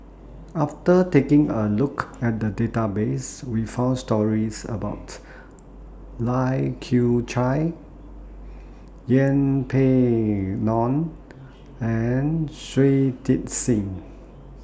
after taking A Look At The Database We found stories about Lai Kew Chai Yeng Pway Ngon and Shui Tit Sing